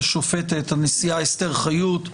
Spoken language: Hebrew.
השופטת הנשיאה אסתר חיות,